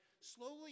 slowly